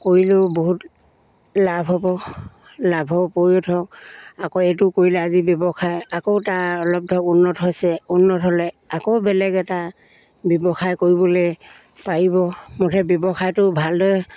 কৰিলেও বহুত লাভ হ'ব লাভৰ উপৰিও ধৰক আকৌ এইটো কৰিলে আজি ব্যৱসায় আকৌ তাৰ অলপ ধৰক উন্নত হৈছে উন্নত হ'লে আকৌ বেলেগ এটা ব্যৱসায় কৰিবলৈ পাৰিব মুঠতে ব্যৱসায়টো ভালদৰে